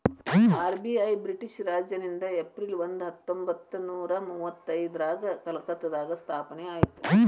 RBI British ರಾಜನಿಂದ April ಒಂದ ಹತ್ತೊಂಬತ್ತನೂರ ಮುವತ್ತೈದ್ರಾಗ ಕಲ್ಕತ್ತಾದಾಗ ಸ್ಥಾಪನೆ ಆಯ್ತ್